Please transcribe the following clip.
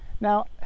Now